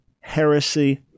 heresy